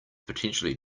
potentially